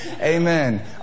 Amen